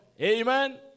Amen